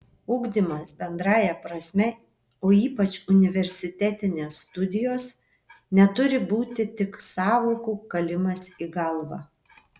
ugdymas bendrąja prasme o ypač universitetinės studijos neturi būti tik sąvokų kalimas į galvą